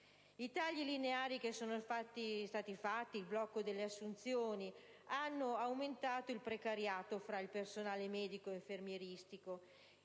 I tagli lineari che sono stati fatti ed il blocco delle assunzioni hanno aumentato il precariato fra il personale medico e infermieristico.